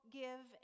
give